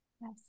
Yes